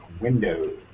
windows